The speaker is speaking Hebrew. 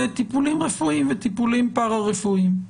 לטיפולים רפואיים וטיפולים פרא רפואיים?